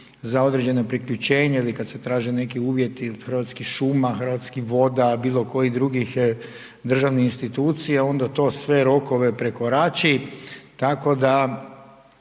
za određeno priključenje, ili kada se traže neki uvjeti Hrvatskih šuma, Hrvatskih voda, bilo kojih drugih državnih institucija onda to sve rokove prekorači. Tako da